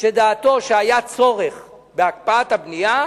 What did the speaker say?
שלדעתו היה צורך בהקפאת הבנייה,